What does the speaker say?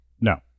No